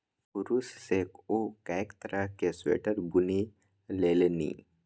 कुरूश सँ ओ कैक तरहक स्वेटर बुनि लेलनि